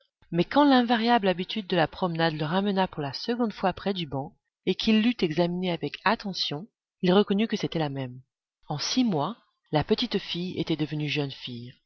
mais quand l'invariable habitude de la promenade le ramena pour la seconde fois près du banc et qu'il l'eut examinée avec attention il reconnut que c'était la même en six mois la petite fille était devenue jeune fille